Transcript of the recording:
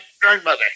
grandmother